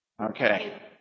okay